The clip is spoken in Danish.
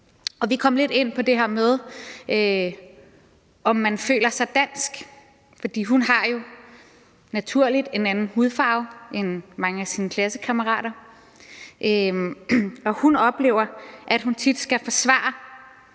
vi kom lidt ind på det her med, om man føler sig dansk, for hun har jo naturligt en anden hudfarve end mange af sine klassekammerater. Og hun oplever, at hun tit skal forsvare,